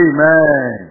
Amen